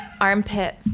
Armpit